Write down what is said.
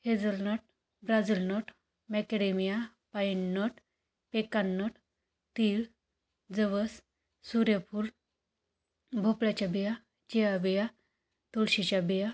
hazelnut Brazil nut macadamia pine nut pecan nut तीळ जवस सूर्यफूल भोपळ्याच्या बिया चिया बिया तुळशीच्या बिया